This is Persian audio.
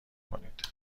کنید